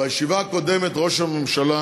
בישיבה הקודמת ראש הממשלה